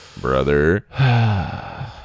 Brother